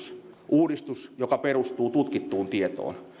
uudistus joka perustuu tutkittuun tietoon